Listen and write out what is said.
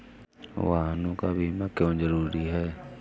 वाहनों का बीमा क्यो जरूरी है?